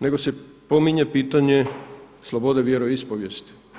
nego se pominje pitanje slobode vjeroispovijesti.